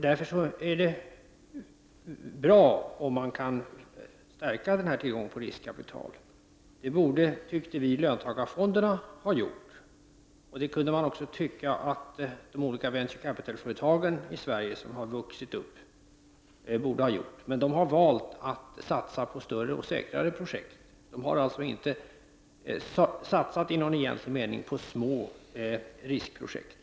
Därför är det bra om denna tillgång på riskkapital kan stärkas. Vi i miljöpartiet ansåg att löntagarfonderna borde ha gjort det. Även de olika venture capitalföretagen i Sverige som har vuxit upp borde ha kunnat göra det. Men de har valt att satsa på större och säkrare projekt. De har alltså inte i någon egentlig mening satsat på små riskprojekt.